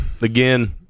Again